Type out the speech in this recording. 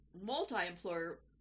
multi-employer